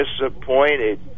disappointed